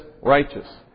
righteous